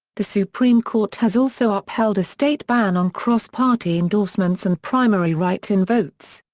the supreme court has also upheld a state ban on cross-party endorsements and primary write-in votes.